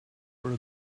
were